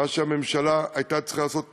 מה שהממשלה הייתה צריכה לעשות מזמן.